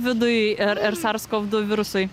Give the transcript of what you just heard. viduj ir ir sars kovido virusui